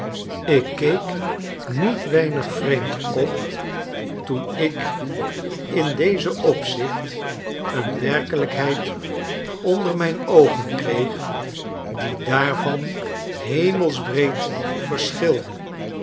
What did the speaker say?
ik keek niet weinig vreemd op toen ik te dezen opzichte een werkelijkheid onder mijn oogen kreeg die daarvan hemelsbreed verschilde